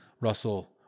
Russell